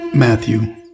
Matthew